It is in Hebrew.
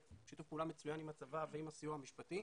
שיתוף פעולה מצוין עם הצבא ועם הסיוע המשפטי,